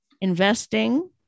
investing